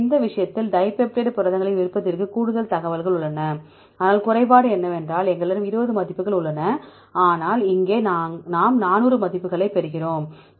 எனவே இந்த விஷயத்தில் டைபெப்டைட் புரதங்களின் விருப்பத்திற்கு கூடுதல் தகவல்கள் உள்ளன ஆனால் குறைபாடு என்னவென்றால் எங்களிடம் 20 மதிப்புகள் உள்ளன ஆனால் இங்கே நாம் 400 மதிப்புகளைப் பெறுகிறோம்